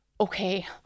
okay